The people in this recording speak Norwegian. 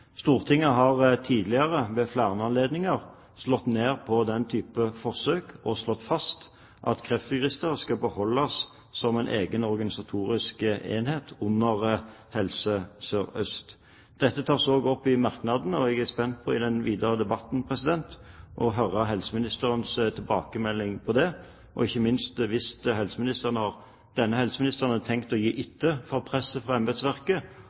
Stortinget har tidligere ved flere anledninger slått ned på den typen forsøk og slått fast at Kreftregisteret skal beholdes som en egen organisatorisk enhet under Helse Sør-Øst. Dette tas også opp i merknadene, og jeg er i den videre debatten spent på å høre helseministerens tilbakemelding på det, og ikke minst, hvis helseministeren har tenkt å gi etter for presset fra embetsverket,